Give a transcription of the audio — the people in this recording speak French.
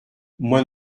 moi